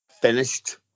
Finished